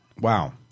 Wow